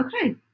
okay